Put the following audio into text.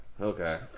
Okay